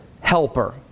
helper